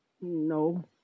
No